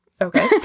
Okay